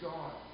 God